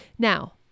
Now